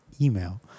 email